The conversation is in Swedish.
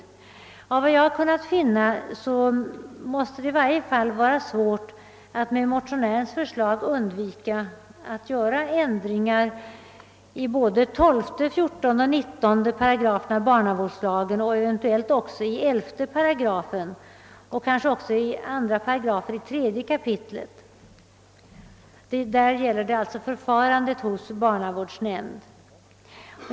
Efter vad jag kunnat finna måste det i varje fall vara svårt att, om man följer motionärens förslag, undvika ändringar i 12, 14 och 19 §§ barnavårdslagen, eventuellt också i 11 § och kanske också i 3 kap. 2 § som behandlar förfarandet hos barnavårdsnämnd.